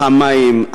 המים,